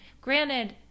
granted